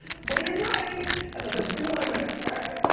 hope you're enjoying episode two hundred.